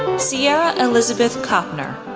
sierra elizabeth copner,